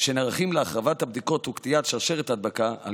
שנערכים להרחבת הבדיקות וקטיעת שרשרת ההדבקה על